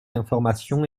d’information